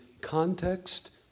context